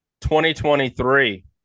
2023